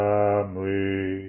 Family